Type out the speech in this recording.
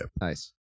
Nice